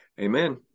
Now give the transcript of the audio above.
Amen